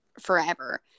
forever